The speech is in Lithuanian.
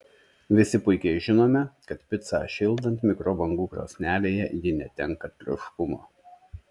visi puikiai žinome kad picą šildant mikrobangų krosnelėje ji netenka traškumo